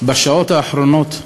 בשעות האחרונות למותו,